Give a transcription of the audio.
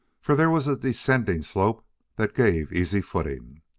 for there was a descending slope that gave easy footing.